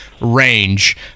range